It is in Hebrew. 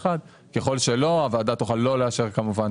אוטומט.